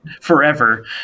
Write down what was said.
forever